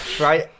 Right